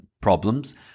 problems